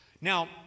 now